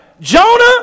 Jonah